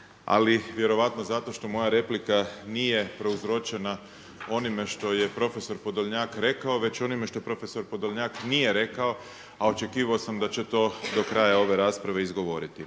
ali vjerojatno zato što moja replika nije prouzročena onime što je profesor Podolnjak rekao već onime što profesor Podolnjak nije rekao a očekivao sam da će to do kraja ove rasprave izgovoriti.